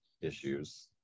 issues